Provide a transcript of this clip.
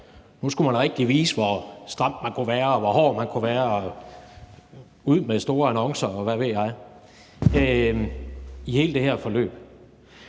Nu skulle man rigtig vise, hvor stram man kunne være, og hvor hård man kunne være, og gå ud med store annoncer, og hvad ved jeg, i hele det her forløb.